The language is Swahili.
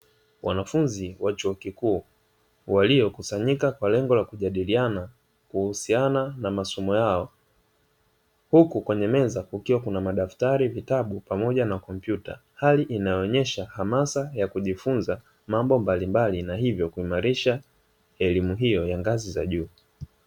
Wanafunzi wa chuo kikuu waliokusanyika kwa lengo la kujadiliana kuhusiana na masomo yao, huku kwenye meza kukiwa kuna madaftari, vitabu pamoja na kompyuta, hali inayoonyesha hamasa ya kujifunza mambo mbalimbali na hivyo kuimarisha elimu hiyo ya ngazi za juu.